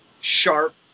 sharp